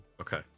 Okay